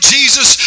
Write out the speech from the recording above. Jesus